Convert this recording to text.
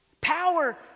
Power